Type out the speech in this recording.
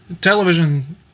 television